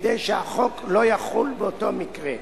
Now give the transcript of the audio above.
כדי שהחוק לא יחול באותו מקרה.